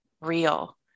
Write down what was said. real